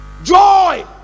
joy